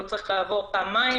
היא אפילו לא קובעת מי מסוכן ברשימה,